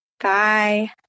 Bye